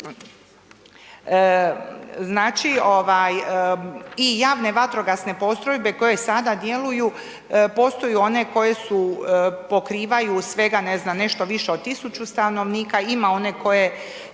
Znači i javne vatrogasne postrojbe koje sada djeluju postoje one koje su pokrivaju svega na znam nešto više od tisuću stanovnika, ima one koje